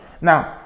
Now